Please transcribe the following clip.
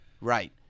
right